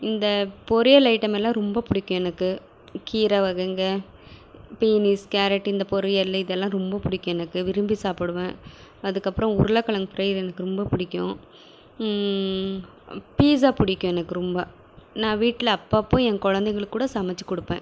இந்த பொரியல் ஐட்டம் எல்லாம் ரொம்ப பிடிக்கும் எனக்கு கீரை வகைங்க பீனிஸ் கேரட்டு இந்த பொரியல் இதெல்லாம் ரொம்ப பிடிக்கும் எனக்கு விரும்பி சாப்பிடுவேன் அதுக்கப்புறம் உருளகிழங்கு ப்ரை எனக்கு ரொம்ப பிடிக்கும் பீசா பிடிக்கும் எனக்கு ரொம்ப நான் வீட்டில் அப்பப்போ என் குழந்தைங்களுக்கு கூட சமச்சு கொடுப்பேன்